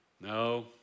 No